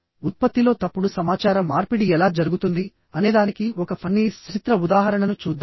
ఉత్పత్తిలో తప్పుడు సమాచార మార్పిడి ఎలా జరుగుతుంది అనేదానికి ఒక ఫన్నీ సచిత్ర ఉదాహరణను చూద్దాం